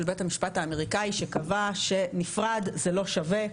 בית המשפט האמריקאי שקבע שנפרד זה לא שווה,